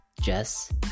Jess